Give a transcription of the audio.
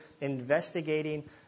investigating